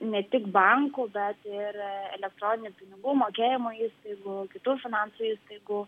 ne tik bankų bet ir elektroninių pinigų mokėjimo įstaigų kitų finansų įstaigų